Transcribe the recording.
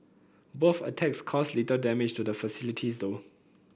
both attacks caused little damage to the facilities though